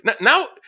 now